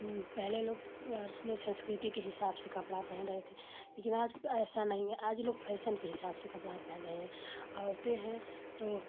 पहले लोग अपनी सँस्कृति के हिसाब से कपड़ा पहन रहे थे लेकिन आज ऐसा नहीं है आज लोग फ़ैशन के हिसाब से कपड़ा पहन रहे हैं औरतें हैं तो